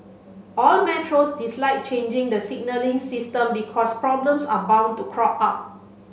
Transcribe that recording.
all metros dislike changing the signalling system because problems are bound to crop up